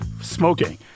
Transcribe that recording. smoking